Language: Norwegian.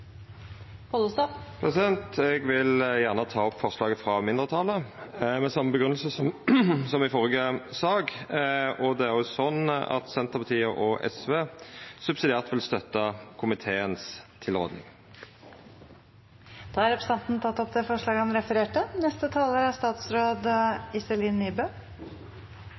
Mo. Eg vil gjerne ta opp forslaget frå mindretalet med same grunngjeving som i førre sak. Og Senterpartiet og SV vil subsidiært støtta komiteen si tilråding. Da har representanten Geir Pollestad tatt opp det forslaget han refererte til. Takk til Stortinget og komiteen som har prioritert behandlingen av samtykkeproposisjonen om InvestEU nå i vårsesjonen. Det er